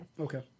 Okay